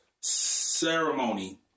ceremony